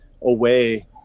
away